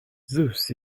zeus